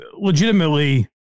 legitimately